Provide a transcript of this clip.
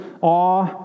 awe